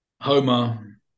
Homer